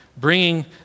bringing